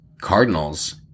Cardinals